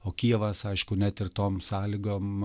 o kijevas aišku net ir tom sąlygom